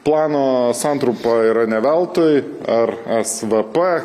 plano santrumpa yra ne veltui ar esvp